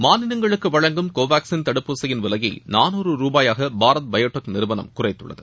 மாநிலங்களுக்கு வழங்கும் கோவாக்சின் தடுப்பூசியின் விலையை நானூறு ரூபாயாக பாரத் பயோடெக் நிறுவனம் குறைத்துள்ளது